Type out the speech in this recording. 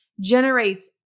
generates